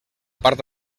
part